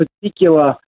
particular